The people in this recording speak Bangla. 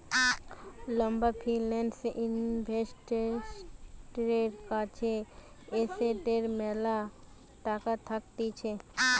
লম্বা ফিন্যান্স ইনভেস্টরের কাছে এসেটের ম্যালা টাকা থাকতিছে